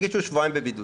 נגיד שהוא שבועיים בבידוד